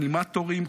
אנימטורים,